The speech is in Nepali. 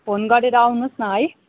फोन गरेर आउनुहोस् न है